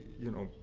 you know,